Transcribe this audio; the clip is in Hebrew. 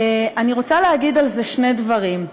אני רוצה להגיד על זה שני דברים.